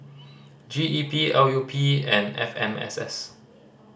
G E P L U P and F M S S